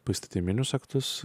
poįstatyminius aktus